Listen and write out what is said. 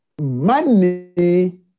Money